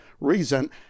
reason